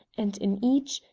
and in each,